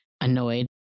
Annoyed